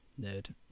Nerd